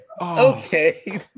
Okay